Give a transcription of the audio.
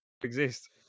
Exist